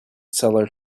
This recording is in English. seller